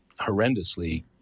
horrendously